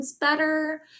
better